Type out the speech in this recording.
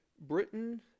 Britain